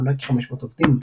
המונה כ-500 עובדים.